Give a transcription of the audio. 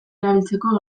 erabiltzeko